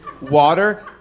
water